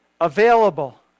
available